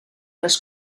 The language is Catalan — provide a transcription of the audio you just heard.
les